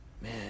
man